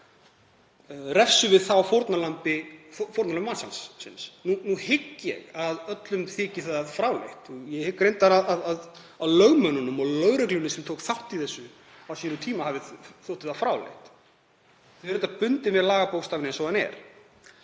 Refsum við þá fórnarlambi mansalsins? Nú hygg ég að öllum þyki það fráleitt og ég hygg reyndar að lögmönnunum og lögreglunni sem tók þátt í þessu á sínum tíma hafi þótt það fráleitt. Þau eru auðvitað bundin af lagabókstafnum eins og hann er.